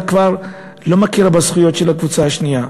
כבר לא מכירה בזכויות של הקבוצה השנייה.